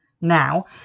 now